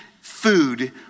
food